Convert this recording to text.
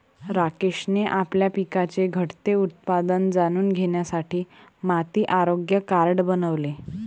राकेशने आपल्या पिकाचे घटते उत्पादन जाणून घेण्यासाठी माती आरोग्य कार्ड बनवले